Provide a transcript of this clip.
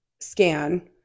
scan